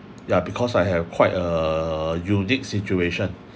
yeah because I have quite err unique situation